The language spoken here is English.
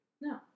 No